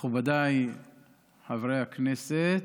מכובדיי חבריי הכנסת,